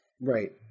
Right